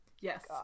Yes